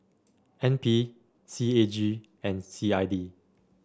N P C A G and C I D